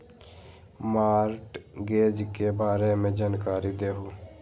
Mortgage के बारे में जानकारी देहु?